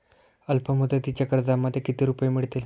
अल्पमुदतीच्या कर्जामध्ये किती रुपये मिळतील?